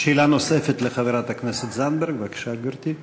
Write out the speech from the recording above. שאלה נוספת לחברת הכנסת זנדברג, בבקשה, גברתי.